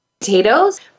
potatoes